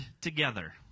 together